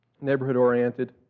neighborhood-oriented